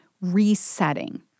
resetting